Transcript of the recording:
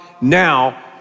now